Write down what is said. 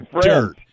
dirt